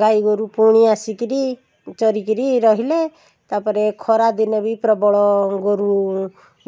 ଗାଈଗୋରୁ ପୁଣି ଆସିକରି ଚରିକରି ରହିଲେ ତା'ପରେ ଖରାଦିନେ ବି ପ୍ରବଳ ଗୋରୁ